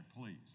please